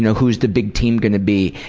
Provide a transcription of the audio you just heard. who's the big team going to be?